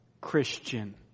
Christian